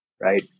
right